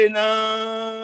now